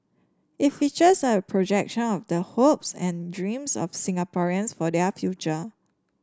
it features a projection of the hopes and dreams of Singaporeans for their future